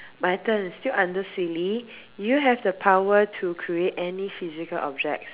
my turn still under silly you have the power to create any physical objects